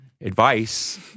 advice